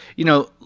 you know,